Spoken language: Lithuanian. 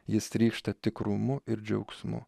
jis trykšta tikrumu ir džiaugsmu